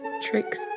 tricks